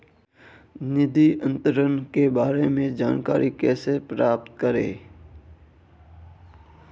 निधि अंतरण के बारे में जानकारी कैसे प्राप्त करें?